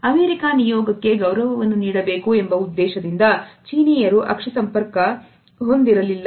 America ನಿಯೋಗಕ್ಕೆ ಗೌರವವನ್ನು ನೀಡಬೇಕೆಂಬ ಉದ್ದೇಶದಿಂದ ಚೀನೀಯರು ಅಕ್ಷಿ ಸಂಪರ್ಕ ಹೊಂದಿರಲಿಲ್ಲ